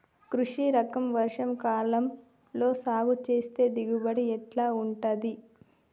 కృష్ణ రకం వర్ష కాలం లో సాగు చేస్తే దిగుబడి ఎట్లా ఉంటది?